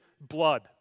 blood